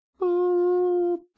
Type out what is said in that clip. Boop